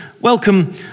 welcome